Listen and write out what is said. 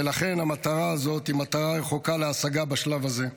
ולכן המטרה הזאת היא מטרה רחוקה להשגה בשלב הזה.